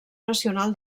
nacional